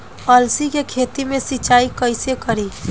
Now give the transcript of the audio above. अलसी के खेती मे सिचाई कइसे करी?